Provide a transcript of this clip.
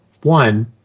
One